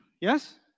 Yes